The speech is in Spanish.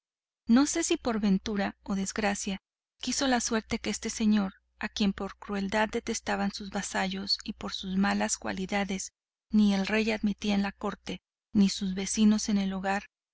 no sé si por ventura o desgracia quiso la suerte que este señor a quien por su crueldad detestaban sus vasallos y por sus malas cualidades ni el rey admitía en la corte ni sus vecinos en el hogar